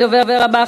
הדובר הבא,